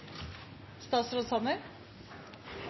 statsråd